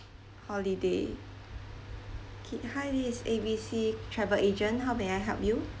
holiday okay hi this is A B C travel agent how may I help you